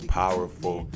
powerful